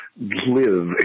live